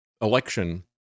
election